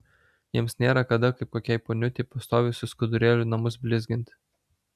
jiems nėra kada kaip kokiai poniutei pastoviai su skudurėliu namus blizginti